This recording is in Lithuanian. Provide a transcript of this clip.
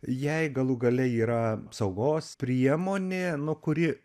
jei galų gale yra saugos priemonė nu kuri